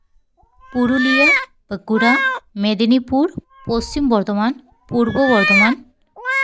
Purulia Bankura Medinipur Paschim Bardhaman Purba Bardhaman